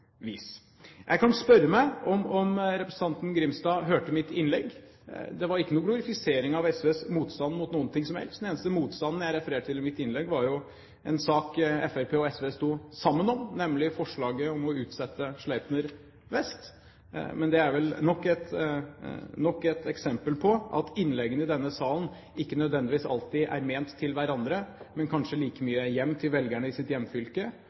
meg om representanten Grimstad hørte mitt innlegg. Det var ikke noen glorifisering av SVs motstand mot noen ting som helst. Den eneste motstanden jeg refererte til i mitt innlegg, var en sak Fremskrittspartiet og SV sto sammen om, nemlig forslaget om å utsette Sleipner Vest. Men det er vel nok et eksempel på at innleggene i denne salen ikke nødvendigvis alltid er ment til hverandre, men kanskje like mye til velgerne i